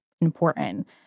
important